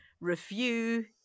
review